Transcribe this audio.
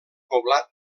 poblat